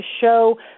show